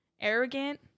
arrogant